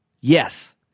Yes